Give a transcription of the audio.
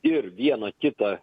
ir vieną kitą